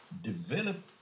develop